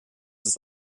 ist